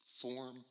form